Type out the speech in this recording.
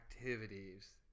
activities